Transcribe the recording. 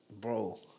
bro